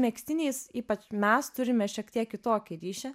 megztiniais ypač mes turime šiek tiek kitokį ryšį